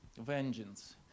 Vengeance